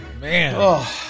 man